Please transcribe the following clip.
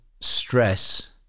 stress